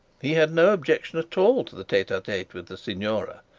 he had no objection at all to the tete-a-tete with the signora,